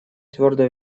твердо